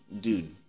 dude